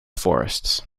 forests